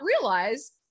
realize